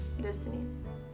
destiny